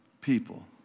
people